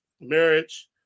marriage